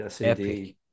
Epic